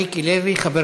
מס' 7835, 7893 ו-7910.